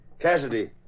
Cassidy